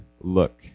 look